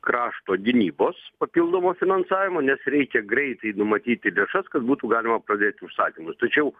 krašto gynybos papildomo finansavimo nes reikia greitai numatyti lėšas kad būtų galima pradėti užsakymus tačiau